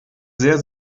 sehr